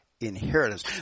inheritance